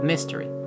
Mystery